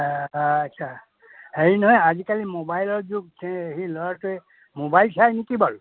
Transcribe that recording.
আচ্ছা হেৰি নহয় আজিকালি মোবাইলৰ যুগ এই সি ল'ৰাটোৱে মোবাইল চাই নেকি বাৰু